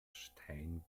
stein